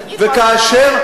וכאשר,